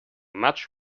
much